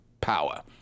power